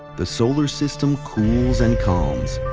the solar system cools and calms.